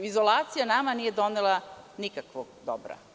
Izolacija nama nije donela nikakvog dobra.